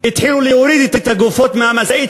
התחילו להוריד את הגופות מהמשאית